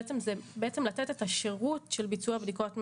בעצם לתת את השירות של ביצוע בדיקות מהירות.